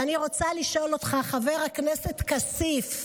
ואני רוצה לשאול אותך, חבר הכנסת כסיף: